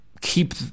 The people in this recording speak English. keep